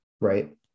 Right